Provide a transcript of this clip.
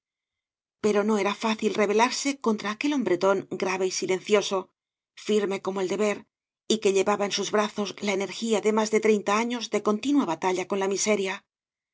pero no era fácil rebelarse contra aquel hombretón grave y silencioso firme como el deber y que llevaba en sus brazos la energía de más de treinta años de continua batalla con la miseria